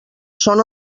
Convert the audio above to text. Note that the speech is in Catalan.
són